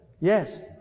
Yes